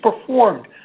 performed